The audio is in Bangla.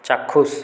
চাক্ষুষ